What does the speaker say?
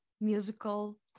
musical